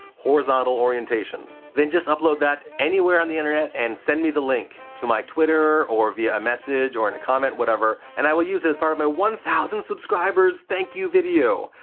horizontal orientation. then just upload that anywhere on the internet and send me the link to my twitter, or via a message, or in a comment, whatever, and i will use it as part of my one thousand subscribers thank you video!